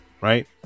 right